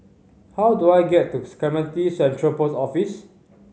how do I get to Clementi Central Post Office